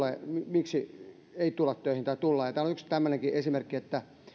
miksi ei tulla töihin tai tullaan ja täällä on yksi tämmöinenkin esimerkki että